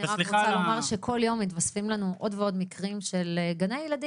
אני רק רוצה לומר שכל יום מתווספים לנו עוד ועוד מקרים של גני ילדים,